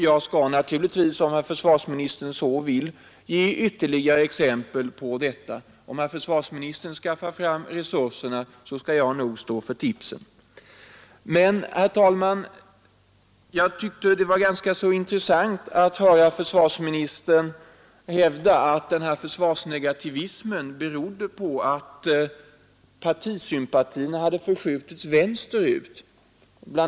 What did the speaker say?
Jag skall naturligtvis, om herr försvarsministern så vill, ge ytterligare exempel på detta; om herr försvarsministern skaffar fram resurserna, skall jag nog stå för tipsen. Men, herr talman, jag tyckte att det var ganska intressant att höra försvarsministern hävda att denna försvarsnegativism beror på att partisympatierna förskjutits åt vänster. Bl.